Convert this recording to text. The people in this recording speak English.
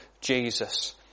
Jesus